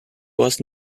was